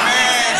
באמת.